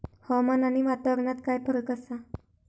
हवामान आणि वातावरणात काय फरक असा?